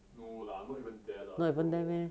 no lah not even there lah bro